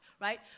right